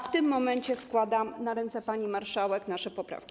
W tym momencie składam na ręce pani marszałek nasze poprawki.